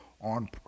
on